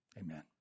amen